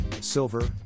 silver